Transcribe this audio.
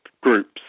groups